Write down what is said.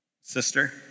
sister